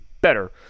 better